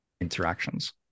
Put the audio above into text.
interactions